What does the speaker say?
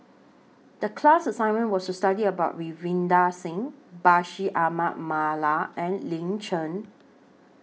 The class assignment was to study about Ravinder Singh Bashir Ahmad Mallal and Lin Chen